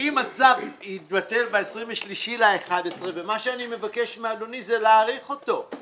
ואם הצו יתבטל ב-23 בנובמבר מה שאני מבקש מאדוני זה להאריך אותו.